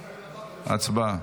הצבעה.